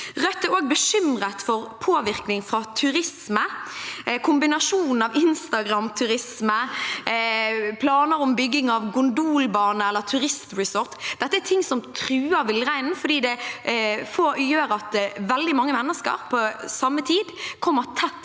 Rødt er også bekymret for påvirkning fra turisme. Kombinasjonen av Instagram-turisme, planer om bygging av gondolbane eller turistresort – dette er ting som truer villreinen fordi det gjør at veldig mange mennes ker på samme tid kommer tett